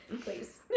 please